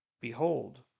Behold